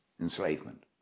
enslavement